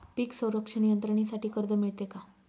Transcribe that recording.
पीक संरक्षण यंत्रणेसाठी कर्ज मिळते का?